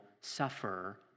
suffer